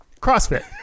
crossfit